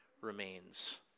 remains